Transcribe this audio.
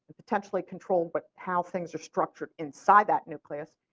potentially control but how things are structured inside that nucleus.